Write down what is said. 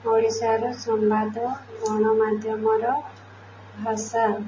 ଓଡ଼ିଶାର ସମ୍ବାଦ ଗଣମାଧ୍ୟମର ଭାଷା